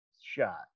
shot